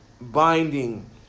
binding